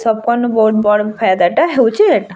ସବ୍ କନୁ ବହୁତ୍ ବଡ଼୍ ଫାଏଦାଟା ହେଉଚି ଏଇଟା